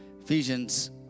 Ephesians